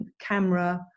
Camera